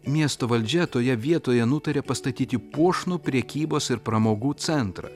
miesto valdžia toje vietoje nutarė pastatyti puošnų prekybos ir pramogų centrą